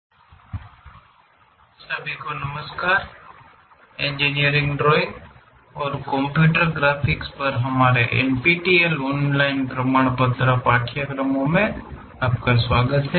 isometric प्रक्षेपणक्रमश सभी को नमस्कार इंजीनियरिंग ड्राइंग और कंप्यूटर ग्राफिक्स पर हमारे NPTEL ऑनलाइन प्रमाणपत्र पाठ्यक्रमों में आपका स्वागत है